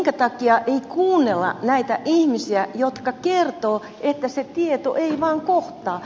minkä takia ei kuunnella näitä ihmisiä jotka kertovat että se tieto ei vaan kohtaa